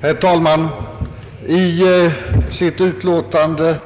Herr talman! I sitt utlåtande